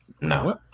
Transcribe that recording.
No